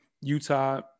Utah